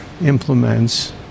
implements